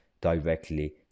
directly